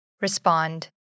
Respond